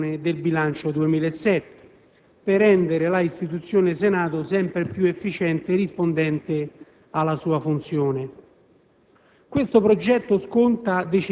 soprattutto per l'impostazione del bilancio 2007, per rendere l'istituzione Senato sempre più efficiente e rispondente alla sua funzione.